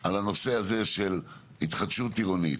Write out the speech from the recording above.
על הנושא הזה של התחדשות עירונית.